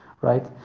right